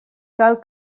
cal